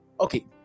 Okay